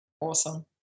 Awesome